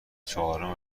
چهارم